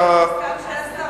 לכיסם של השרים.